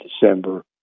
December